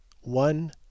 one